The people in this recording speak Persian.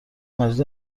مجید